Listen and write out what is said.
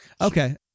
okay